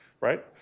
right